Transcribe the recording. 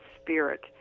spirit